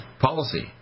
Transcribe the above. policy